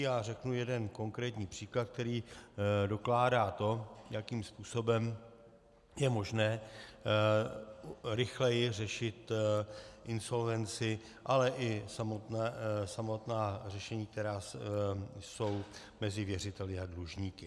Já řeknu jeden konkrétní příklad, který dokládá to, jakým způsobem je možné rychleji řešit insolvenci, ale i samotná řešení, která jsou mezi věřiteli a dlužníky.